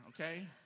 okay